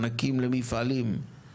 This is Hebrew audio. למפעלים או